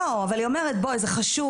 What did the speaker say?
לא, אבל היא אומרת בוא, זה חשוב.